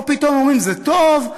או פתאום אומרים: זה טוב,